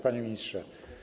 Panie Ministrze!